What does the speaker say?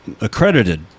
accredited